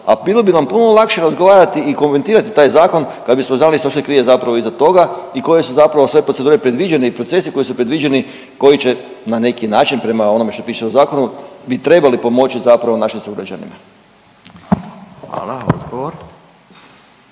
a bilo bi nam puno lakše razgovarati i konvertirati taj zakon kad bismo znali šta se krije zapravo iza toga i koje su zapravo sve procedure predviđene i procesi koji su predviđeni koji će na neki način prema onome što piše u zakonu bi trebali pomoći zapravo našim sugrađanima. **Radin,